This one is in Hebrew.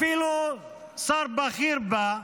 אפילו שר בכיר בה,